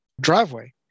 driveway